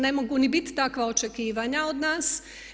Ne mogu ni biti takva očekivanja od nas.